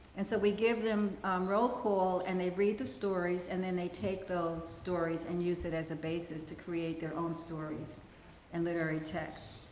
and so, we give them roll call and they read the stories, and then they take those stories and use it as the basis to create their own stories and literary text.